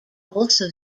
also